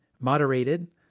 moderated